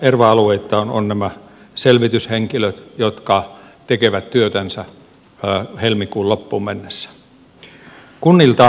erva alueittain on nämä selvityshenkilöt jotka tekevät työtänsä helmikuun loppuun mennessä